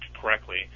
correctly